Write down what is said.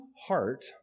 heart